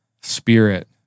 spirit